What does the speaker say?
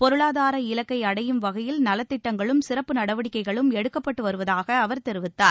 பொருளாதார இலக்கை அடையும் வகையில் நலத்திட்டங்களும் சிறப்பு நடவடிக்கைகளும் எடுக்கப்பட்டு வருவதாக அவர் தெரிவித்தார்